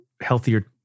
healthier